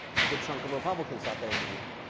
a good chunk of republicans thought they were going to win.